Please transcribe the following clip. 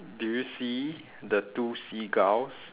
do you see the two seagulls